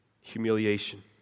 humiliation